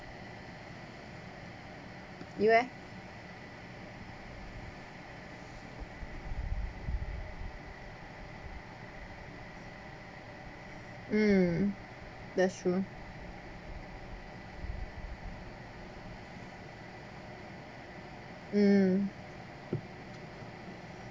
you eh mm that's true mm